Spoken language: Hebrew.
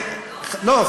לא,